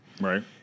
Right